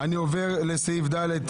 אני עובר לסעיף ד',